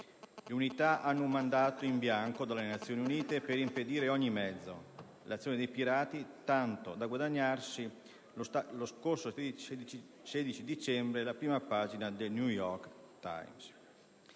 Le unità hanno un mandato in bianco dalle Nazioni Unite per impedire «con ogni mezzo» l'azione dei pirati, tanto da guadagnarsi lo scorso 16 dicembre la prima pagina del «New York Times».